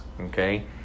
okay